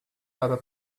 para